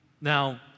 Now